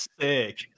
sick